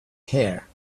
hair